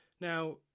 Now